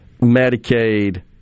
Medicaid